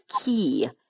key